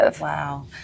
Wow